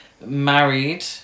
Married